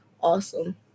awesome